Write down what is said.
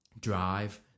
drive